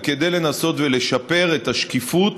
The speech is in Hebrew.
וכדי לנסות ולשפר את השקיפות